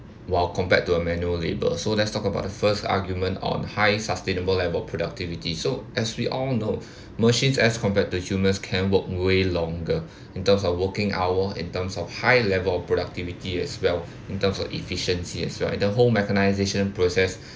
while compared to a manual labor so let's talk about the first argument on high sustainable level productivity so as we all know machines as compared to humans can work way longer in terms of working hour in terms of high level of productivity as well in terms of efficiency as well and the whole mechanization process